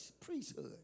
priesthood